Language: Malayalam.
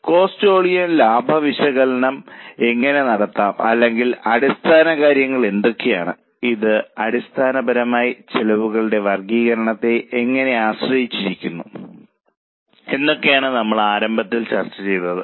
കോസ്റ്റ് വോളിയം ലാഭവിശകലനം എങ്ങനെ നടത്താം അല്ലെങ്കിൽ അടിസ്ഥാനകാര്യങ്ങൾ എന്തൊക്കെയാണ് ഇത് അടിസ്ഥാനപരമായി ചെലവുകളുടെ വർഗീകരണത്തെ എങ്ങനെ ആശ്രയിച്ചിരിക്കുന്നു എന്നൊക്കെയാണ് നമ്മൾ ആരംഭത്തിൽ ചർച്ച ചെയ്തത്